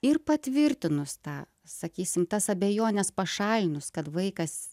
ir patvirtinus tą sakysim tas abejones pašalinus kad vaikas